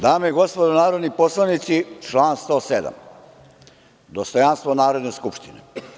Dame i gospodo narodni poslanici, član 107. dostojanstvo Narodne skupštine.